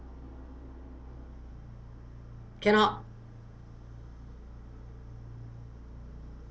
cannot